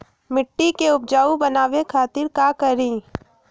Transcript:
मिट्टी के उपजाऊ बनावे खातिर का करी?